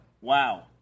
Wow